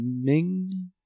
Ming